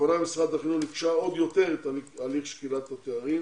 לאחרונה משרד החינוך היקשה עוד יותר על הליך שקילת התארים